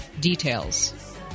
details